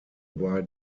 bei